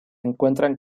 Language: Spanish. encuentran